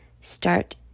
start